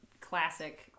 classic